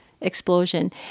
explosion